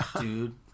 dude